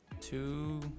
two